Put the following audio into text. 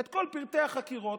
את כל פלטי החקירות,